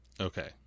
okay